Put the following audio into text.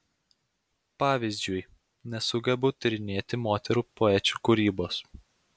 pavyzdžiui nesugebu tyrinėti moterų poečių kūrybos